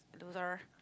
loser